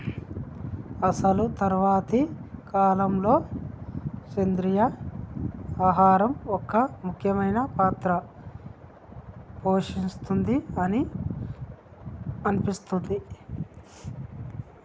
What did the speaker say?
అసలు తరువాతి కాలంలో, సెంద్రీయ ఆహారం ఒక ముఖ్యమైన పాత్ర పోషిస్తుంది అని అనిపిస్తది